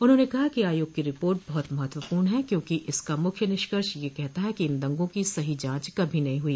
उन्होंने कहा कि आयोग की रिपोर्ट बहुत महत्वपूर्ण है क्योंकि इसका मुख्य निष्कर्ष यह कहता है कि इन दंगों की सही जांच कभी नहीं हुई